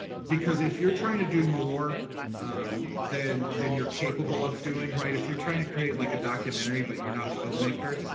because if you're trying to do more um than than you're capable of doing, if you're trying to create like a documentary but you're not a filmmaker,